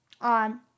on